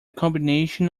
combination